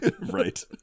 Right